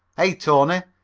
hey, tony,